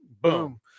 Boom